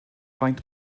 faint